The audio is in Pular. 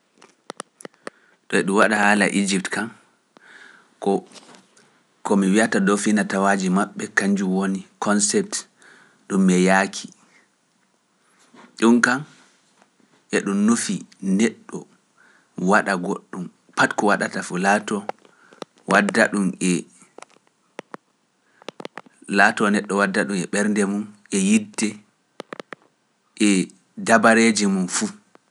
To eɗum waɗa haala IJIPT ka, ko mi wi’ata ɗoo finatawaaji maɓɓe, kañjum woni konsept ɗum mi yaaki. Ɗum ka, eɗum nufi neɗɗo waɗa goɗɗum pati waɗata fu, laatoo neɗɗo wadda ɗum e ɓernde mum, e yidde, e dabareeji mum fu.